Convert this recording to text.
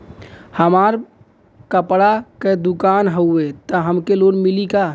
हमार कपड़ा क दुकान हउवे त हमके लोन मिली का?